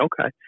Okay